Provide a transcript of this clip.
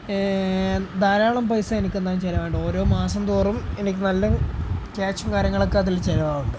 ധാരാളം പൈസ എനിക്കെന്തായാലും ചെലവാകുന്നുണ്ട് ഓരോ മാസന്തോറും എനിക്ക് നല്ല ക്യാഷും കാര്യങ്ങളുമൊക്കെ അതില് ചെലവാകുന്നുണ്ട്